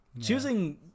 Choosing